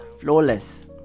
flawless